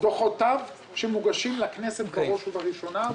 דוחותיו שמוגשים לכנסת בראש ובראשנה,